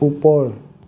ওপৰ